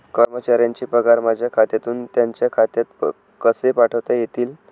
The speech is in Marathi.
कर्मचाऱ्यांचे पगार माझ्या खात्यातून त्यांच्या खात्यात कसे पाठवता येतील?